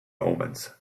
omens